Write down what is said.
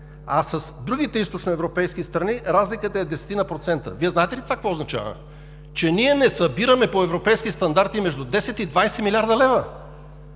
а с другите източноевропейски страни, разликата е десетина процента. Вие знаете ли това какво означава? Че ние не събираме по европейски стандарти между 10 и 20 млрд. лв.